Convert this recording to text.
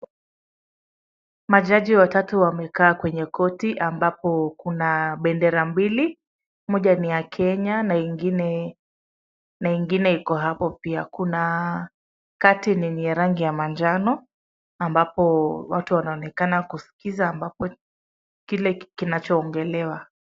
Majaji watatu wamekaa kwenye korti ambapo kuna bendera mbili, moja ni ya Kenya na ingine iko hapo pia, kuna curtain yenye rangi ya majano ambapo watu wanaonekana kusikiza ambapo kile kinachoongelewa.